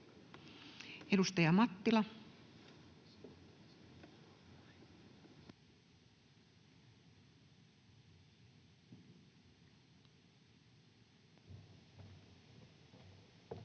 Edustaja Mattila. [Speech